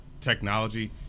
technology